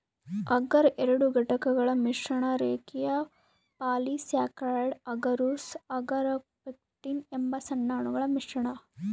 ಅಗರ್ ಎರಡು ಘಟಕಗಳ ಮಿಶ್ರಣ ರೇಖೀಯ ಪಾಲಿಸ್ಯಾಕರೈಡ್ ಅಗರೋಸ್ ಅಗಾರೊಪೆಕ್ಟಿನ್ ಎಂಬ ಸಣ್ಣ ಅಣುಗಳ ಮಿಶ್ರಣ